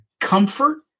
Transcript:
comfort